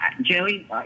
Joey